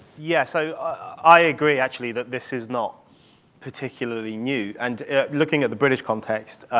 yeah, so, i agree actually that this is not particularly new, and looking at the british context,